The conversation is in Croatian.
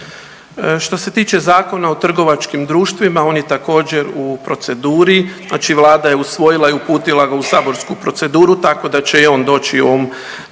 Što se tiče Zakona o trgovačkim društvima on je također u proceduri, znači Vlada je usvojila i uputila ga u saborsku proceduru tako da će i on doći u ovom